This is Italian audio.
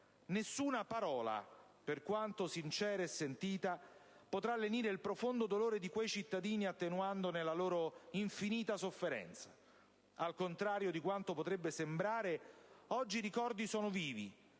Nessuna parola, per quanto sincera e sentita, potrà lenire il profondo dolore di quei cittadini attenuandone l'infinita sofferenza. Al contrario di quanto potrebbe sembrare, oggi i ricordi sono vivi,